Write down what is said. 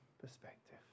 perspective